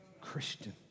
Christian